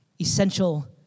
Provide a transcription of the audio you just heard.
Essential